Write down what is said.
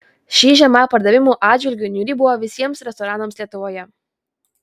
ši žiema pardavimų atžvilgiu niūri buvo visiems restoranams lietuvoje